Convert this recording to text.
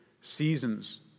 seasons